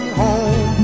home